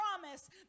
promise